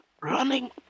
running